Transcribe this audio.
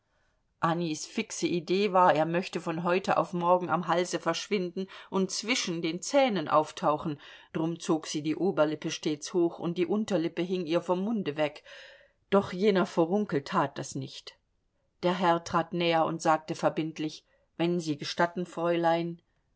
annies fixe idee war er möchte von heute auf morgen am hals verschwinden und zwischen den zähnen auftauchen drum zog sie die oberlippe stets hoch und die unterlippe hing ihr vom munde weg doch jener furunkel tat das nicht der herr trat näher und sagte verbindlich wenn sie gestatten fräulein